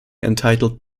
entitled